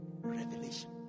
Revelation